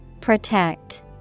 Protect